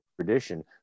tradition